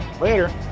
later